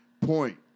point